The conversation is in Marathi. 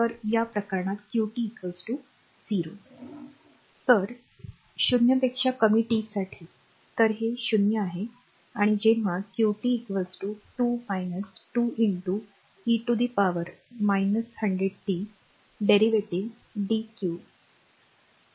तर या प्रकरणात qt 0 तर ० पेक्षा कमी टी साठी तर हे 0 आहे आणि जेव्हा qt 2 2 e to the power 100 t derivative dqt dt घ्या